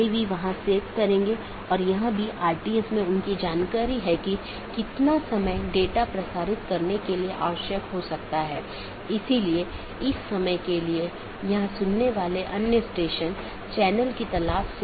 जब एक BGP स्पीकरों को एक IBGP सहकर्मी से एक राउटर अपडेट प्राप्त होता है तो प्राप्त स्पीकर बाहरी साथियों को अपडेट करने के लिए EBGP का उपयोग करता है